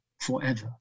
forever